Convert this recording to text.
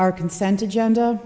our consent agenda